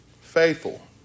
faithful